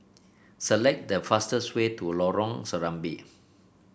select the fastest way to Lorong Serambi